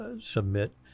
submit